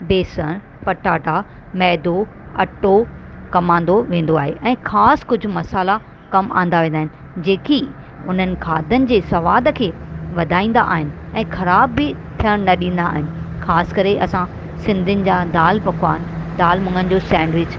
बेसण पटाटा मैदो अटो कमु आंदो वेंदो आहे ख़ासि कुझु मसाल्हा कमु आंदा वेंदा आहिनि जेकी उन्हनि खाधनि जे सुवाद खे वधाईंदा आहिनि ऐं ख़राबु बि थियणु न ॾींदा आहिनि ख़ासि करे असां सिंधियुनि जा दाल पकवान दाल मुङनि जो सेंडविच